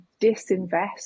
disinvest